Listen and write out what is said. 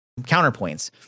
counterpoints